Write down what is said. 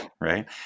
right